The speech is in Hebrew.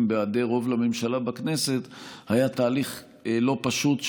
בהיעדר רוב לממשלה בכנסת היה תהליך לא פשוט,